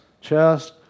chest